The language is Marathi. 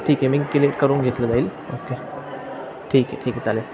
ठीक आहे मी किलेक्ट करून घेतलं जाईल ओके ठीक आहे ठीक आहे चालेल